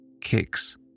kicks